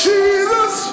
Jesus